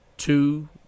two